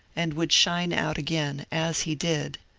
and would shine out again, as he did.